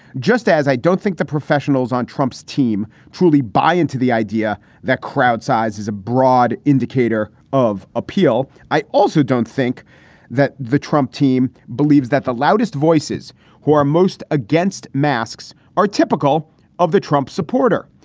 just as i don't think the professionals on trump's team truly buy into the idea that crowd size is a broad indicator of appeal. i also don't think that the trump team believes that the loudest voices who are most against masks are typical of the trump supporter.